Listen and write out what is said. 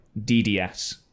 DDS